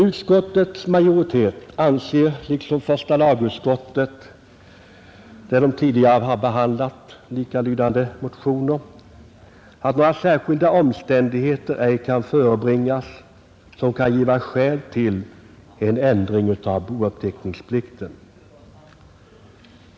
Utskottsmajoriteten anser liksom första lagutskottet, när detta tidigare behandlat likalydande motioner, att några särskilda omständigheter ej kan förebringas som kan giva skäl till en ändring av bouppteckningsplikten.